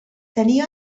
tenia